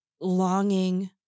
longing